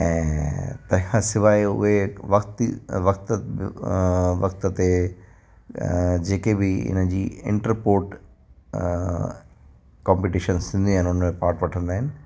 ऐं तंहिंखां सवाइ उहे वक़्तु वक़्तु वक़्त ते जेके बि आहिनि जीअं इंटरपोर्ट कॉम्पिटिशन्स थींदी आहिनि हुन में पार्ट वठंदा आहिनि